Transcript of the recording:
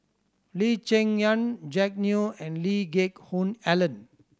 Lee Cheng Yan Jack Neo and Lee Geck Hoon Ellen